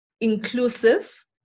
inclusive